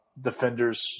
defenders –